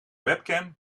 webcam